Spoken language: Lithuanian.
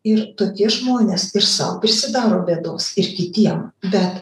ir tokie žmonės ir sau prisidaro bėdos ir kitiem bet